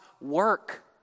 work